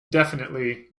definitely